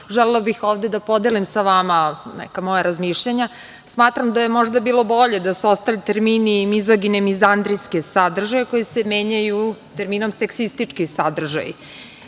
želela bih ovde da podelim sa vama neka moja razmišljanja. Smatram da je možda bilo bolje da su ostali termini „mizagene, mizandrijske sadržaje“ koji se menjaju terminom „seksistički sadržaj“